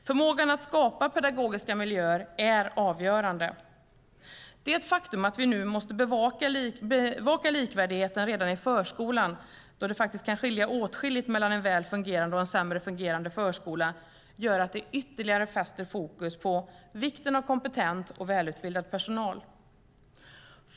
Förmågan att skapa pedagogiska miljöer är avgörande. Det faktum att vi nu måste bevaka likvärdigheten redan i förskolan, då det faktiskt kan skilja åtskilligt mellan en väl fungerande och en sämre fungerande förskola, gör att det ytterligare fäster fokus på vikten av kompetent och välutbildad personal.